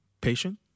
patient